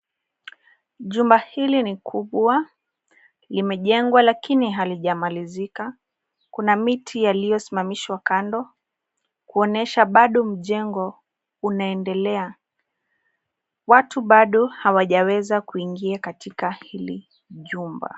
Jumba hili ni kubwa. Limejengwa lakini halijamalizika. Kuna miti yaliyosmamishwa kando kuonyesha bado mjengo unaendelea. Watu bado hawajaweza kuingia katika hili jumba.